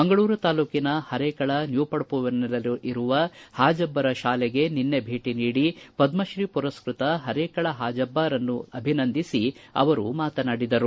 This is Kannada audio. ಮಂಗಳೂರು ತಾಲೂಕಿನ ಪರೇಕಳ ನ್ಯೂಪಡ್ಪುವಿನಲ್ಲಿರುವ ಹಾಜಬ್ಬರ ಶಾಲೆಗೆ ನಿನ್ನೆ ಭೇಟನೀಡಿ ಪದ್ರತ್ರೀ ಪುರಸ್ಕೃತ ಪರೇಕಳ ಪಾಜಬ್ಲರನ್ನು ಅಭಿನಂದಿಸಿ ಅವರು ಮಾತನಾಡಿದರು